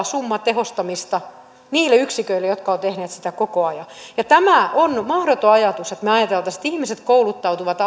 summa tehostamista niille yksiköille jotka ovat tehneet sitä koko ajan tämä on mahdoton ajatus että me ajattelisimme että ihmiset kouluttautuvat